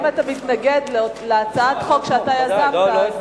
אתה מתנגד להצעת חוק שאתה יזמת,